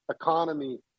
economy